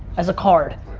as a card,